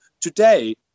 Today